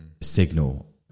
signal